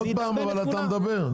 עוד פעם אתה מדבר?